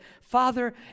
Father